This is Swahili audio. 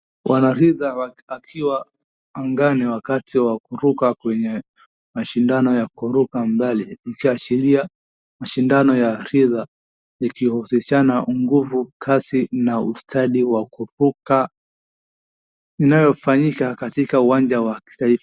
Mwanariadha akiwa angani wakati wa kuruka kwenye mashindano ya kuruka mbali, ikiashiria mashindano ya riadha . Ikihusishana nguvu, kazi na ustadhi wa kuruka inayofanyika katika uwanja wa kitaifa.